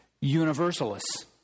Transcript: universalists